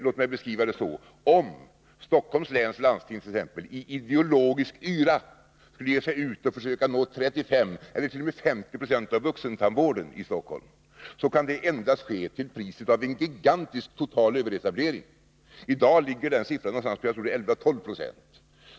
Låt mig beskriva det så här: Om t.ex. Stockholms läns landsting i ideologisk yra skulle försöka nå 35 eller t.o.m. 50 96 av vuxentandvården i Stockholm, så kan det endast ske till priset av en gigantisk total överetablering. I dag har landstinget, tror jag, hand om 11-12 96 av vuxentandvården.